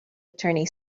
attorney